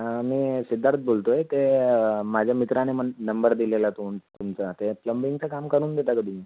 मी सिद्धार्थ बोलतो आहे ते माझ्या मित्राने मन नंबर दिलेला तुम तुमचा ते प्लंबिंगचं काम करून देता का तुम्ही